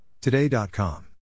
Today.com